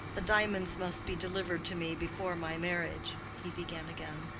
the diamonds must be delivered to me before my marriage, he began again.